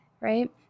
Right